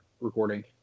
recording